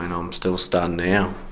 and um still stunned now.